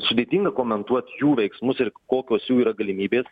sudėtinga komentuot jų veiksmus ir kokios jų yra galimybės